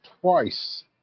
twice